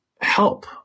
help